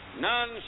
None